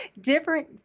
different